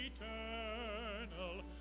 Eternal